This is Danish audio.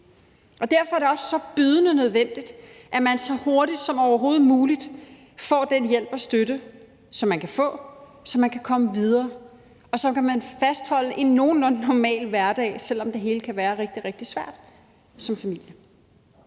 Derfor er det også bydende nødvendigt, at man så hurtigt som overhovedet muligt får den hjælp og støtte, som man kan få, så man kan komme videre, og så man kan fastholde en nogenlunde normal hverdag, selv om det hele kan være rigtig, rigtig svært som familie.